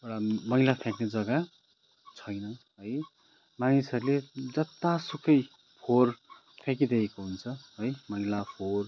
एउटा मैला फ्याँक्ने जग्गा छैन है मानिसहरूले जतासुकै फोहोर फ्याँकिदिएको हुन्छ है मैला फोहोर